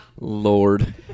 Lord